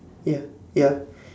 ya ya